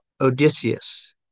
Odysseus